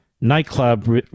nightclub